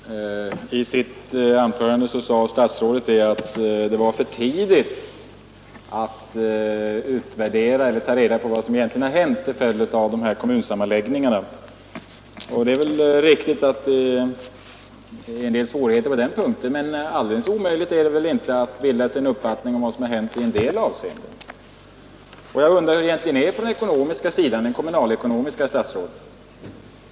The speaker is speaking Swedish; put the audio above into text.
Herr talman! I sitt anförande sade statsrådet att det var för tidigt att Tisdagen den ta reda på vad som egentligen har hänt till följd av kommunsammanlägg 23 maj 1972 ningarna. Det är väl riktigt att det är en del svårigheter på den punkten, men alldeles omöjligt är det väl inte att bilda sig en uppfattning om vad Ang. bevarande av som har hänt i en del avseenden. mindre kommuner Jag undrar hur det egentligen är på den kommunalekonomiska sidan, SOM självständiga enheter herr statsråd?